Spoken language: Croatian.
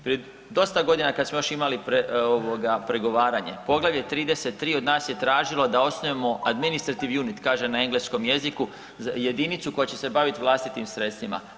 Prije dosta godina kad smo još imali ovoga pregovaranje, Poglavlje 33. od nas je tražilo da osnujemo administrative unit, kaže na engleskom jeziku, jedinicu koja će se bavit vlastitim sredstvima.